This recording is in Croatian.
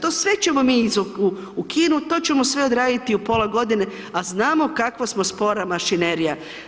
To sve ćemo mi ukinuti, to ćemo sve odraditi u pola godine, a znamo kako smo spora mašinerija.